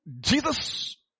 Jesus